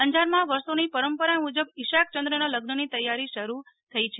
અંજારમાં વર્ષોની પરંપરા મુજબ ઈશાકચંદ્રના લગ્નની તૈથારી શરૂ થઇ છે